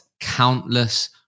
countless